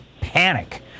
panic